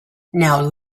now